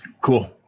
cool